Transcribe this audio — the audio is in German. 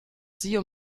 sie